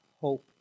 hope